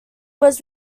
was